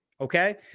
Okay